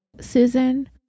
Susan